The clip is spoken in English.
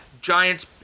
Giants